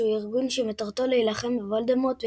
שהוא ארגון שמטרתו להילחם בוולדמורט ובתומכיו.